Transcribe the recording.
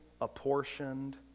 apportioned